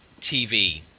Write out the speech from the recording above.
TV